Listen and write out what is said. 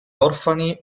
orfani